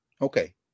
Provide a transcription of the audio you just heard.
Okay